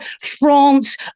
France